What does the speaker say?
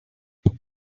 don’t